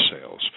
sales